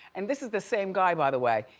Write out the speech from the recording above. and this is the same guy, by the way,